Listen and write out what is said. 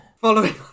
following